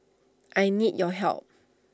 I need your help